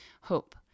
Hope